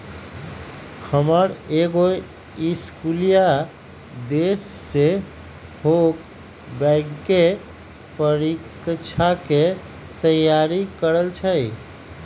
हमर एगो इस्कुलिया दोस सेहो बैंकेँ परीकछाके तैयारी करइ छइ